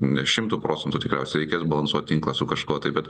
ne šimtu procentų tikriausiai reikės balansuoti tinklą su kažko tai